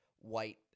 white